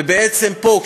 ובעצם פה,